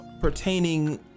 pertaining